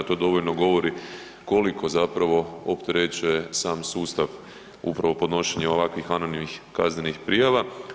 To dovoljno govori koliko zapravo opterećuje sam sustav upravo podnošenje ovakovih anonimnih kaznenih prijava.